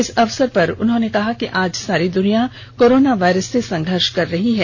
इस अवसर पर उन्होंने कहा कि आज सारी दुनिया कोरोनावायरस से संघर्ष कर रही है